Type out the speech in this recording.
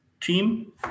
team